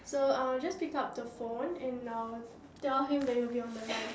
so I'll just pick up the phone and uh tell him that you'll be on the line